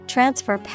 Transfer